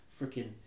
freaking